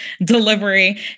delivery